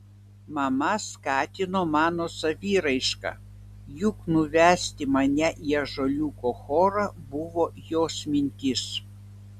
mama skatino mano saviraišką juk nuvesti mane į ąžuoliuko chorą buvo jos mintis